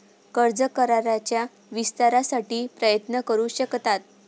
कर्ज कराराच्या विस्तारासाठी प्रयत्न करू शकतात